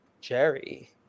Jerry